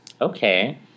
Okay